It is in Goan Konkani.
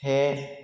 हे